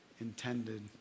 intended